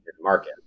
market